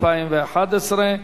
26 בעד, אין מתנגדים ואין נמנעים.